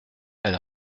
elle